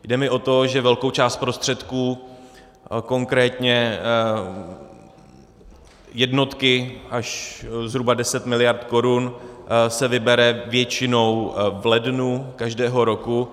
Jde mi o to, že velká část prostředků, konkrétně jednotky až zhruba deset miliard korun, se vybere většinou v lednu každého roku.